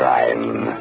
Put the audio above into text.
Crime